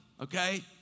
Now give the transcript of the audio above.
okay